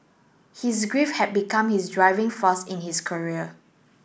his grief had become his driving force in his career